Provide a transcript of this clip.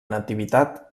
nativitat